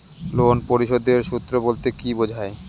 Loan পরিশোধের সূএ বলতে কি বোঝায়?